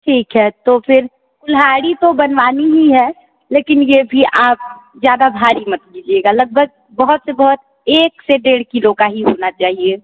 ठीक है तो फिर कुल्हाड़ी तो बनवानी ही है लेकिन ये भी आप ज़्यादा भारी मत लीजिएगा लगभग बहुत से बहुत एक से डेढ़ किलो का ही होना चाहिए